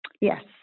Yes